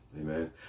Amen